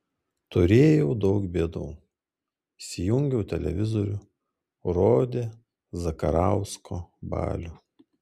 turėjau daug bėdų įsijungiau televizorių rodė zakarausko balių